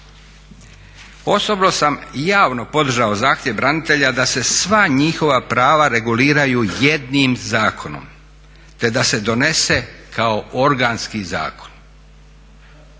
Osobno sam i javno podržao zahtjev branitelja da se sva njihova prava reguliraju jednim zakonom te da se donese kao organski zakon.